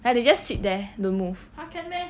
and they just sit there don't move